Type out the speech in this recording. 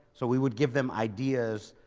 so we would give them ideas,